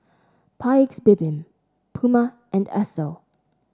Paik's Bibim Puma and Esso